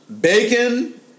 Bacon